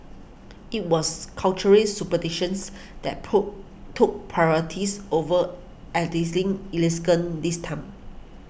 it was culture ray superstitions that poor took priorities over aesthetic elegance this time